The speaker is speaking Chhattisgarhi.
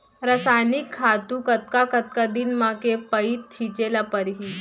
रसायनिक खातू कतका कतका दिन म, के पइत छिंचे ल परहि?